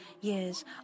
years